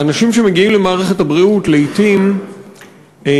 האנשים שמגיעים למערכת הבריאות לעתים מרגישים